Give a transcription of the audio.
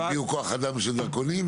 הביאו כוח-אדם לדרכונים,